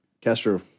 Castro